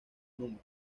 números